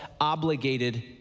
obligated